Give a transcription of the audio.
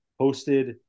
hosted